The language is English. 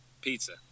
pizza